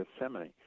Gethsemane